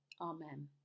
Amen